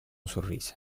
sorrise